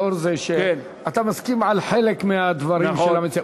לאור זה שאתה מסכים לחלק מהדברים של המציע.